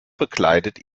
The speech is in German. begleitet